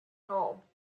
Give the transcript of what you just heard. home